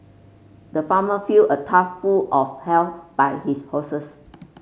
the farmer filled a tough full of hair by his horses